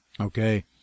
okay